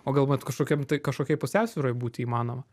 o gal vat kažkokiam tai kažkokioj pusiausvyroj būti įmanoma